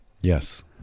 Yes